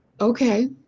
okay